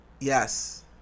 Yes